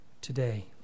today